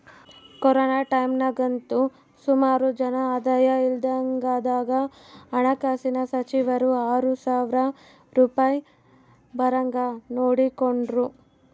corona ಟೈಮ್ನಾಗಂತೂ ಸುಮಾರು ಜನ ಆದಾಯ ಇಲ್ದಂಗಾದಾಗ ಹಣಕಾಸಿನ ಸಚಿವರು ಆರು ಸಾವ್ರ ರೂಪಾಯ್ ಬರಂಗ್ ನೋಡಿಕೆಂಡ್ರು